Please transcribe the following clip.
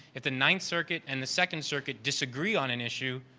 if the ninth circuit and the second circuit disagree on an issue,